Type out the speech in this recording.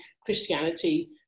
Christianity